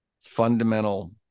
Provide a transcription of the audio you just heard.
fundamental